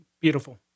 beautiful